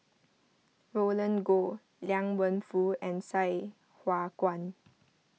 Roland Goh Liang Wenfu and Sai Hua Kuan